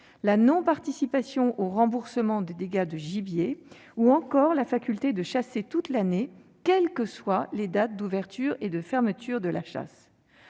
la non-participation aux remboursements des dégâts de gibier ou encore la faculté de chasser toute l'année quelles que soient les dates d'ouverture et de fermeture de la chasse.